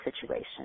situation